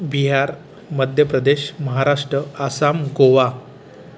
Bihar Madhya Pradesh Maharashtra Assam Goa